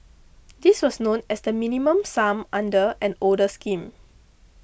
this was known as the Minimum Sum under an older scheme